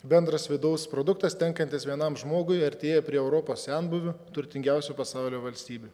bendras vidaus produktas tenkantis vienam žmogui artėja prie europos senbuvių turtingiausių pasaulio valstybių